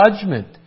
judgment